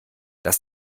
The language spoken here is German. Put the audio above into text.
das